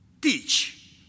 teach